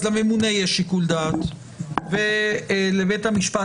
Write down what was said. אז לממונה יש שיקול דעת ולבית המשפט